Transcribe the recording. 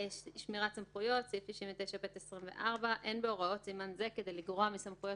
שמירת סמכויות 69ב24. אין בהוראות סימן זה כדי לגרוע מסמכויות